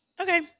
Okay